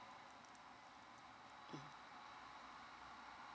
mm